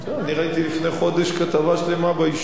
אני ראיתי לפני חודש כתבה שלמה ביישוב,